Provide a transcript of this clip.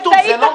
כתוב.